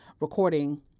recording